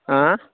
اۭں